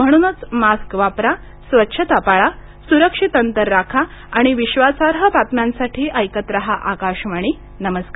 म्हणूनच मास्क वापरा स्वच्छता पाळा सुरक्षित अंतर राखा आणि विश्वासार्ह बातम्यांसाठी ऐकत राहा आकाशवाणी नमस्कार